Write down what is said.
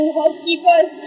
housekeepers